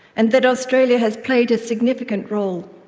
and that australia has played a significant role.